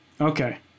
Okay